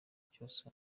cyose